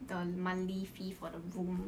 the monthly fee for the room